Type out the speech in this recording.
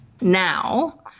now